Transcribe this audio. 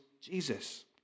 Jesus